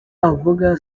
avuga